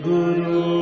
Guru